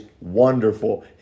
wonderful